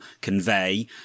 convey